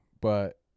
but-